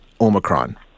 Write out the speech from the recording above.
Omicron